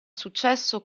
successo